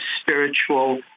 Spiritual